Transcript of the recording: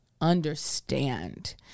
understand